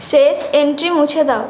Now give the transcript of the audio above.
শেষ এন্ট্রি মুছে দাও